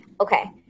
Okay